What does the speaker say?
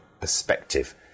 perspective